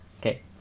Okay